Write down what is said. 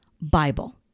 Bible